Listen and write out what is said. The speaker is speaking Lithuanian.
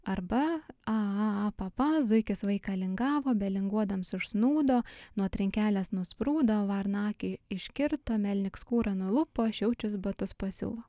arba a a apapa zuikis vaiką lingavo belinguodams užsnūdo nuo trinkelės nusprūdo varna akį iškirto melniks skūrą nulupo šiaučius batus pasiuvo